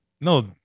no